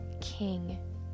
king